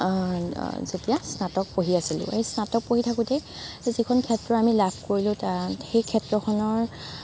যেতিয়া স্নাটক পঢ়ি আছিলোঁ সেই স্নাটক পঢ়ি থাকোতেই যিখন ক্ষেত্ৰ আমি লাভ কৰিলোঁ সেই ক্ষেত্ৰখনৰ